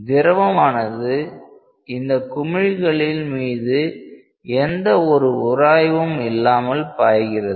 திரவமானது இந்த குமிழிகளில் மீது எந்த ஒரு உராய்வும் இல்லாமல் பாய்கிறது